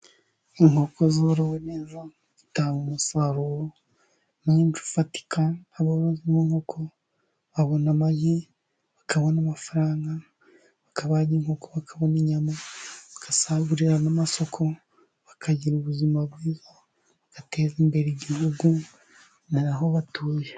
Inkoko zorowe neza zitanga umusaruro mwinshi ufatika, aborozi b'inkoko babona amagi, bakabona amafaranga, bakabaga inkoko bakabona inyama bagasagurira n'amasoko, bakagira ubuzima bwiza, bateza imbere igihugu n'aho batuye.